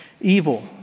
evil